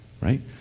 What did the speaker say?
Right